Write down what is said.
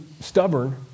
stubborn